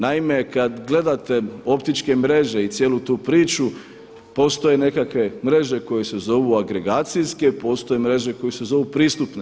Naime, kad gledate optičke mreže i cijelu tu priču postoje nekakve mreže koje se zovu agregacijske, postoje mreže koje se zovu pristupne.